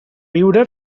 viure